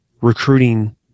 recruiting